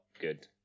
good